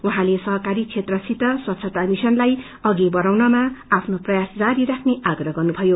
उहँले सहकारी क्षेत्रसित स्वच्छता मिश्रनलाई अघि बढ़ाउनमा आफ्नो प्रयास जारी राख्ने आप्रह गर्नुभयो